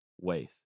ways